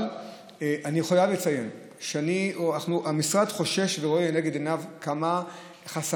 אבל אני חייב לציין שהמשרד חושש ורואה לנגד עיניו כמה חסמים,